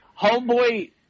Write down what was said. Homeboy